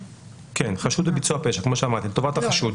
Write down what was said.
כן, חשוד בביצוע פשע, כמו שאמרתי, "לטובת החשוד".